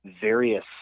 various